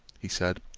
he said,